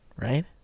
Right